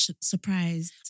surprised